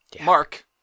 Mark